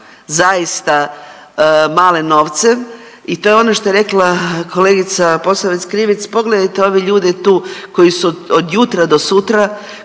zaista male novce i to je ono što je rekla kolegica Posavec Krivec, pogledajte ove ljude tu koji su od jutra do sutra,